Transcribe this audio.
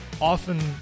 often